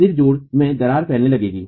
सिर जोड़ों में दरारें फैलने लगेंगी